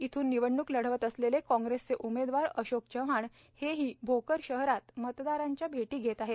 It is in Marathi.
इथून निवडणूक लढवत असलेले काँग्रेसचे उमेदवार अशोक चव्हाण हेही भोकर शहरात मतदारांच्या भेटी घेत आहेत